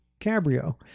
Cabrio